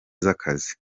z’akazi